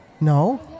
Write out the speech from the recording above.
No